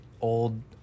old